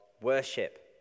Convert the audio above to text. worship